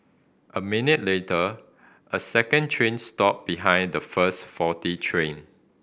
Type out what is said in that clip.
a minute later a second train stopped behind the first faulty train